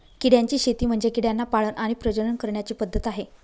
किड्यांची शेती म्हणजे किड्यांना पाळण आणि प्रजनन करण्याची पद्धत आहे